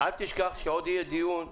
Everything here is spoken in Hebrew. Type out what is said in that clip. אל תשכח שעוד יהיה דיון בתקנות,